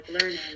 learning